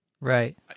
right